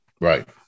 Right